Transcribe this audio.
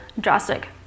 drastic